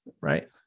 right